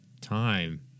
time